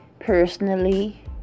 personally